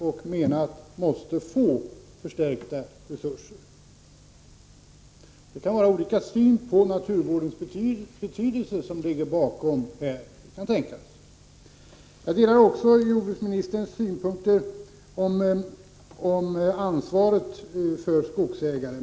Vi menar att det behövs en förstärkning på detta område när det gäller resurserna. Det kan vara olika syn på naturvårdens betydelse som ligger bakom resonemanget i detta sammanhang — det kan tänkas. Vidare delar jag jordbruksministerns synpunkter på ansvaret när det gäller skogsägarna.